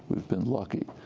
we've been lucky.